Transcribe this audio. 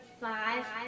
five